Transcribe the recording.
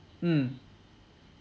mm